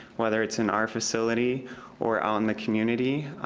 whether it's in our facility or out in the community,